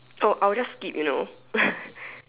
oh I will just skip you know